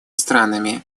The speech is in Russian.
странами